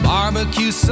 Barbecue